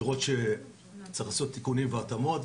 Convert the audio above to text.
יכול להיות שצריך לעשות תיקונים והתאמות,